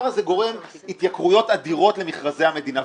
הזה יגרום להתייקרויות אדירות למכרזי המדינה.